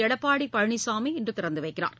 எடப்பாடி பழனிசாமி இன்று திறந்து வைக்கிறார்